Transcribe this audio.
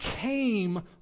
came